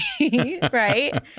right